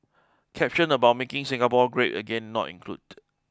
caption about making Singapore great again not included